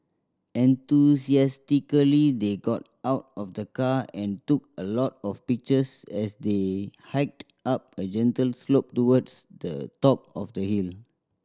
enthusiastically they got out of the car and took a lot of pictures as they hiked up a gentle slope towards the top of the hill